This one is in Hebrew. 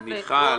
מיכל, מיכל.